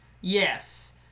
Yes